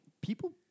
People